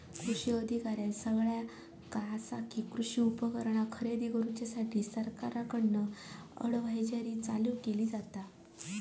कृषी अधिकाऱ्यानं सगळ्यां आसा कि, कृषी उपकरणा खरेदी करूसाठी सरकारकडून अडव्हायजरी चालू केली जाता